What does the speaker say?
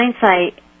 hindsight